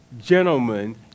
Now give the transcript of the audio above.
gentlemen